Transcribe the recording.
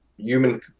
human